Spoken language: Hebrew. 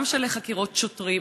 גם של חקירות שוטרים,